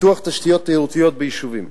פיתוח תשתיות תיירותיות ביישובים: